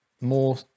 more